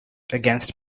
against